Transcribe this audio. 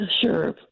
Sure